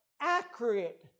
accurate